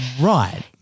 Right